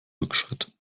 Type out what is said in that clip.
rückschritt